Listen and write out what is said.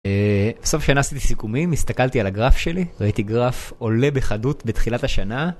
בסוף שנה עשיתי סיכומים, הסתכלתי על הגרף שלי, ראיתי גרף עולה בחדות בתחילת השנה.